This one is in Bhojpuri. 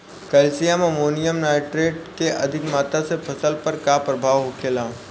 कैल्शियम अमोनियम नाइट्रेट के अधिक मात्रा से फसल पर का प्रभाव होखेला?